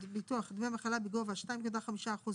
לביטוח פנסיוני; הפרשה בשיעור 6.5%